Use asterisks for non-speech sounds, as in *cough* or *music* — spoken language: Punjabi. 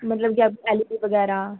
ਮਤਲਬ ਕਿ *unintelligible* ਐੱਲ ਈ ਡੀ ਵਗੈਰਾ